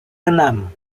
enam